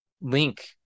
Link